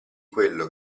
quello